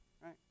right